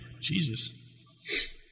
Jesus